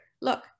look